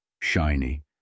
shiny